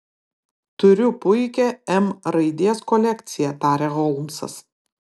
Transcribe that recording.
turiu puikią m raidės kolekciją tarė holmsas